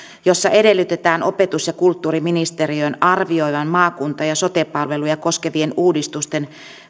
jossa edellytetään opetus ja kulttuuriministeriön arvioivan maakuntia ja sote palveluja koskevien uudistusten